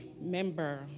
member